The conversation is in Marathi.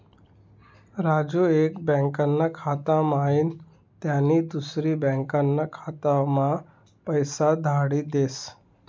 राजू एक बँकाना खाता म्हाईन त्यानी दुसरी बँकाना खाताम्हा पैसा धाडी देस